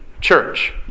church